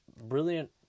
brilliant